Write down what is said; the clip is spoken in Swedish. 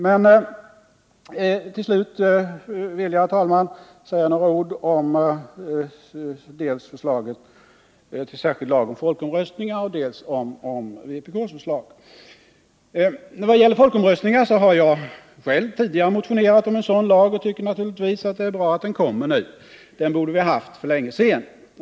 Men till slut vill jag, herr talman, säga några ord dels om förslaget till särskild lag om folkomröstning, dels om vpk:s förslag. Vad det gäller folkomröstningar har jag själv tidigare motionerat om en sådan lag och tycker naturligtvis att det är bra att den nu kommer. Den borde vi ha haft för länge sedan.